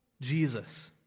Jesus